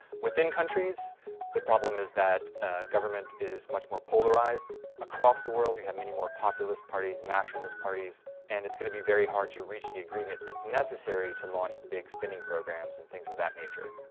within countries the problem is that government is much more polarized across the world you have many more populist parties nationalist parties and it's going to be very hard to reach the agreement. that's necessary to launch big spinning programs and of that nature,